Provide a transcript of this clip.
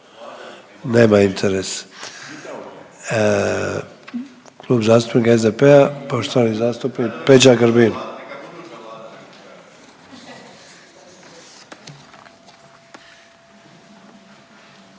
nema interes. Klub zastupnika SDP-a poštovani zastupnik Peđa Grbin.